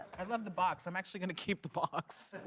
i love the box, i'm actually gonna keep the box.